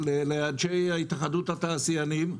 לאנשי התאחדות התעשיינים.